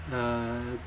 uh